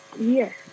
Yes